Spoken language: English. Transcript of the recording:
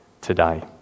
today